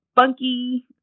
funky